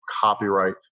copyright